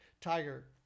Tiger